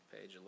Page